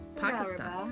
Pakistan